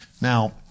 Now